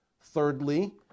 Thirdly